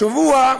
השבוע,